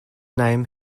name